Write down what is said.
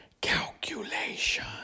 calculation